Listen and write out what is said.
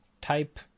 type